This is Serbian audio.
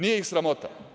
Nije ih sramota.